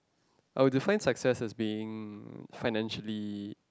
I will define success is being financially